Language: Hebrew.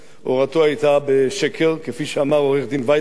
הורתו היתה בשקר, כפי שאמר עורך-דין וייסגלס,